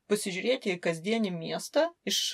pasižiūrėti į kasdienį miestą iš